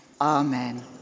amen